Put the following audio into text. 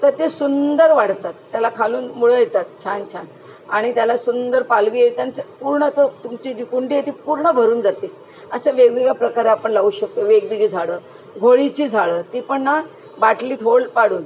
तर ते सुंदर वाढतात त्याला खालून मुळं येतात छान छान आणि त्याला सुंदर पालवी त्यांचं पूर्ण तुमची जी कुंडी आहे ती पूर्ण भरून जाते असं वेगवेगळ्या प्रकारे आपण लावू शकतो वेगवेगळी झाडं घोळीची झाडं ती पण ना बाटलीत होल पाडून